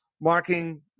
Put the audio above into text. marking